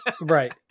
Right